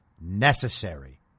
necessary